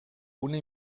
una